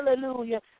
Hallelujah